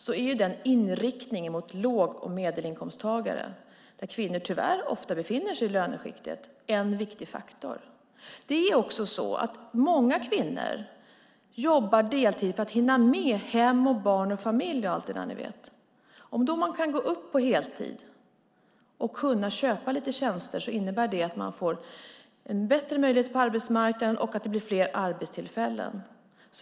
Inriktningen på det är just mot låg och medelinkomsttagare, och i det löneskiktet befinner sig många kvinnor, och det är en viktig faktor. Många kvinnor jobbar också deltid för att hinna med hem, barn och familj. Om de kan gå upp på heltid och kan köpa lite tjänster innebär det att de får bättre möjligheter på arbetsmarknaden och att det blir fler arbetstillfällen.